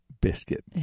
biscuit